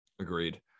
Agreed